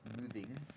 Moving